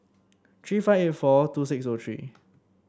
three five eight four two six zero three